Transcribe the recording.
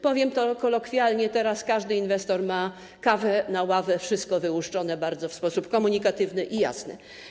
Powiem to kolokwialnie: teraz każdy inwestor ma jak kawę na ławę wszystko wyłuszczone w sposób bardzo komunikatywny i jasny.